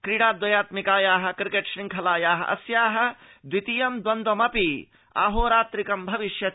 क्रीडाद्रयात्मिकायाः cricket शृङ्खलायाः अस्याः द्वितीयं द्वन्द्वमपि आहोरात्रिकं भविष्यति